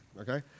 okay